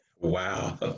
wow